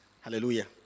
Hallelujah